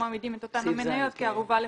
מעמידים את אותן המניות כערובה לחיוב.